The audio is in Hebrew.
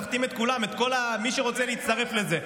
נחתים את כל מי שרוצה להצטרף לזה.